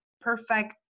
perfect